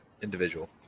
individual